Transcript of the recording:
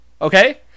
Okay